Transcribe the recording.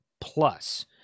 Plus